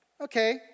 Okay